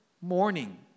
morning